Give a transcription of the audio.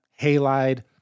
Halide